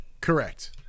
correct